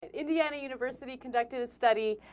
indiana university conducted a study